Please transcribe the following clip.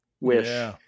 wish